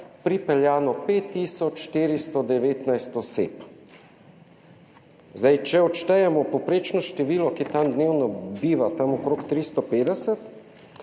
pripeljano 5 tisoč 419 oseb. Zdaj, če odštejemo povprečno število, ki tam dnevno biva, tam okrog 350,